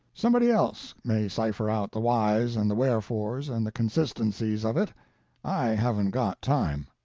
somebody else may cipher out the whys and the wherefores and the consistencies of it i haven't got time.